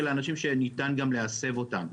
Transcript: אלא גם אנשים שניתן גם להסב אותם.